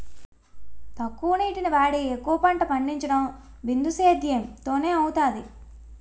తక్కువ నీటిని వాడి ఎక్కువ పంట పండించడం బిందుసేధ్యేమ్ తోనే అవుతాది